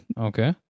Okay